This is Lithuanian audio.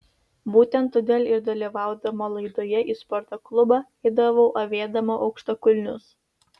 būtent todėl ir dalyvaudama laidoje į sporto klubą eidavau avėdama aukštakulnius